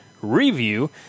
review